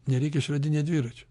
nereikia išradinėt dviračio